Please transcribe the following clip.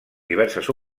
diverses